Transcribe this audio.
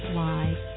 live